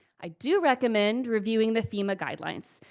i do recommend reviewing the fema guidelines.